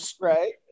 right